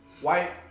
white